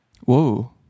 Whoa